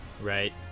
right